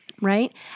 Right